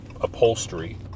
upholstery